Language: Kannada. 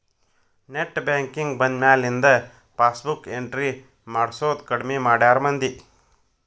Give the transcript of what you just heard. ನೆಟ್ ಬ್ಯಾಂಕಿಂಗ್ ಬಂದ್ಮ್ಯಾಲಿಂದ ಪಾಸಬುಕ್ ಎಂಟ್ರಿ ಮಾಡ್ಸೋದ್ ಕಡ್ಮಿ ಮಾಡ್ಯಾರ ಮಂದಿ